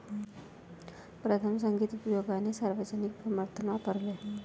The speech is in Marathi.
प्रथम, संगीत उद्योगाने सार्वजनिक समर्थन वापरले